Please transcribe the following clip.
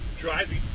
driving